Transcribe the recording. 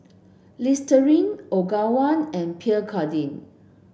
Listerine Ogawa and Pierre Cardin